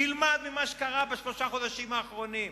תלמד ממה שקרה בשלושת החודשים האחרונים.